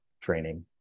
training